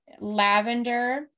lavender